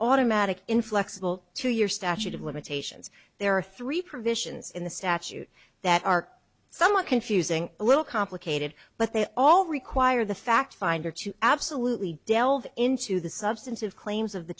automatic inflexible two year statute of limitations there are three provisions in the statute that are somewhat confusing a little complicated but they all require the fact finder to absolutely delve into the substantive claims of the